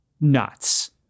nuts